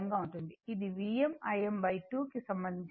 ఇది Vm Im2 కి సంబంధించిన రేఖ